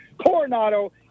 Coronado